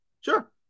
sure